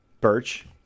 Birch